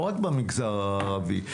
לא רק במגזר הערבי.